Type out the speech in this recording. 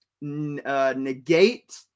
negate